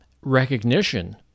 recognition